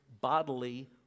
bodily